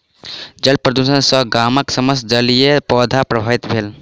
जल प्रदुषण सॅ गामक समस्त जलीय पौधा प्रभावित भेल